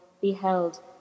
beheld